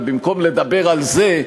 ובמקום לדבר על זה,